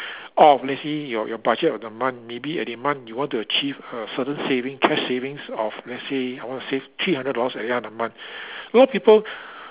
orh let's say your your budget of the month maybe at the month you want to achieve a certain saving cash saving of let's say I want to save three hundred dollars at the end of the month a lot people